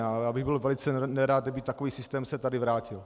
Ale já bych byl velice nerad, kdyby takový systém se tady vrátil.